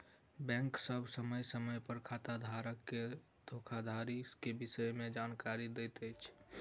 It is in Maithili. बैंक सभ समय समय पर खाताधारक के धोखाधड़ी के विषय में जानकारी अछि